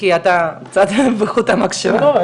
כי קצת חוט המחשבה לא,